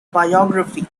biography